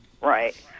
Right